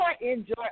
enjoy